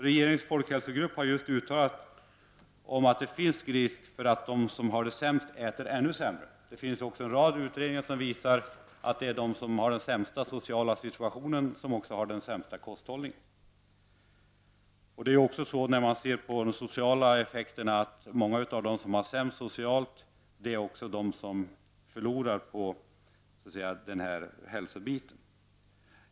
Regeringens folkhälsogrupp har just uttalat att det finns risk för att de som har det sämst äter ännu sämre. Det finns också en rad utredningar som visar att de som har den sämsta sociala situationen också har den sämsta kosthållningen. Vad beträffar de sociala effekterna förlorar många av dem som har det sämst socialt när de gäller den här hälsobiten.